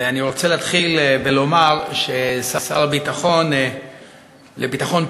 ואני רוצה להתחיל ולומר שהשר לביטחון פנים,